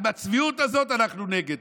עם הצביעות הזאת, אנחנו נגד.